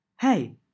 Hey